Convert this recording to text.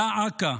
דא עקא,